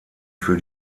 für